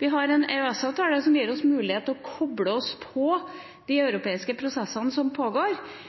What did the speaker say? Vi har en EØS-avtale som gir oss mulighet til å koble oss på de europeiske prosessene som pågår.